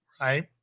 right